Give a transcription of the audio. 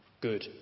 Good